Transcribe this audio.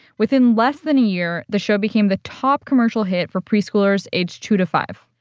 within less than a year, the show became the top commercial hit for preschoolers aged two to five.